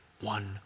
one